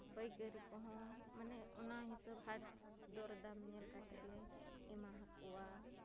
ᱯᱟᱹᱭᱠᱟᱹᱨᱤ ᱠᱚᱦᱚᱸ ᱢᱟᱱᱮ ᱚᱱᱟ ᱦᱤᱥᱟᱹᱵᱽ ᱦᱟᱴ ᱫᱚᱨᱫᱟᱢ ᱧᱮᱞ ᱠᱟᱛᱮ ᱞᱮ ᱮᱢᱟ ᱦᱟᱠᱚᱣᱟ